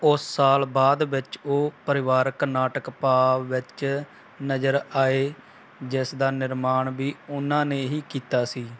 ਉਸ ਸਾਲ ਬਾਅਦ ਵਿੱਚ ਉਹ ਪਰਿਵਾਰਕ ਨਾਟਕ ਪਾ ਵਿੱਚ ਨਜ਼ਰ ਆਏ ਜਿਸ ਦਾ ਨਿਰਮਾਣ ਵੀ ਉਨ੍ਹਾਂ ਨੇ ਹੀ ਕੀਤਾ ਸੀ